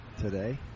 today